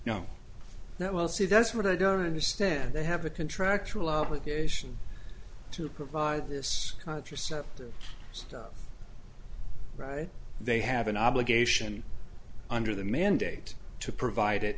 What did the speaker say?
that well see that's what i don't understand they have a contractual obligation to provide this contraceptive stuff right they have an obligation under the mandate to provide it